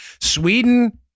Sweden